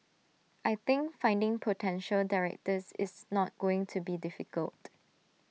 I think finding potential directors is not going to be difficult